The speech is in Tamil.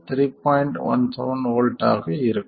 17 V ஆக இருக்கும்